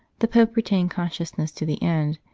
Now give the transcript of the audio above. the pope retained consciousness to the end,